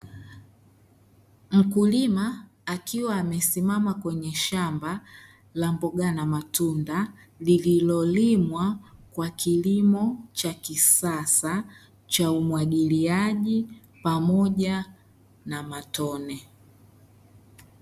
Mkulima, akiwa amesimama kwenye shamba la mboga na matunda, lililolimwa kwa kilimo cha kisasa cha umwagiliaji, pamoja na matone.